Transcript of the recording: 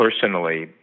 personally